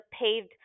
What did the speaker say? paved